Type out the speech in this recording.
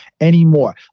anymore